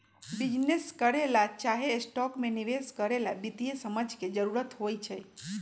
business करे ला चाहे स्टॉक में निवेश करे ला वित्तीय समझ के जरूरत होई छई